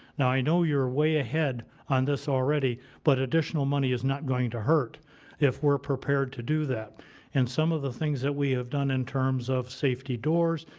now i know you are way ahead on this already but additional money is not going to hurt if we're prepared to do that and some of the things that we have done in terms of safety doors,